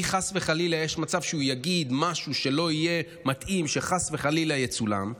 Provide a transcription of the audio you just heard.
מי חס וחלילה יש מצב שהוא יגיד משהו שלא יהיה מתאים שחס וחלילה יצולם.